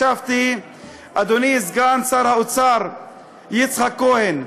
אדוני סגן שר האוצר יצחק כהן,